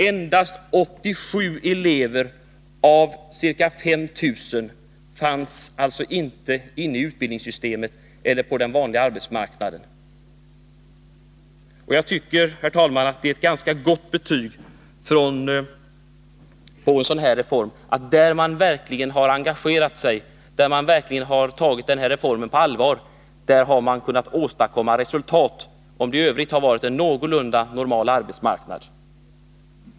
Endast 87 elever av ca 5 000 fanns alltså inte inne i utbildningssystemet eller på den vanliga arbetsmarknaden. Jag tycker, herr talman, att det är ett ganska gott betyg för en sådan reform. Där man verkligen engagerat sig och tagit reformen på allvar har man kunnat åstadkomma resultat, om det i övrigt varit en någorlunda normal arbetsmarknad. Herr talman!